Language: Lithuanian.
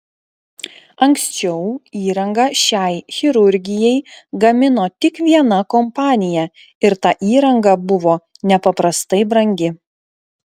anksčiau įrangą šiai chirurgijai gamino tik viena kompanija ir ta įranga buvo nepaprastai brangi